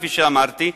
כפי שאמרתי,